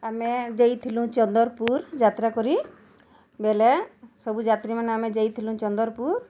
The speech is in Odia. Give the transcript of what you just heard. ଆମେ ଯାଇ ଥଲୁ ଚନ୍ଦରପୁର୍ ଯାତ୍ରା କରି ବେଲେ ସବୁ ଯାତ୍ରୀମାନେ ଆମେ ଯାଇଥିଲୁ ଚନ୍ଦରପୁର୍